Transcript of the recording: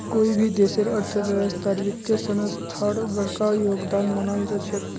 कोई भी देशेर अर्थव्यवस्थात वित्तीय संस्थार बडका योगदान मानाल जा छेक